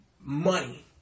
Money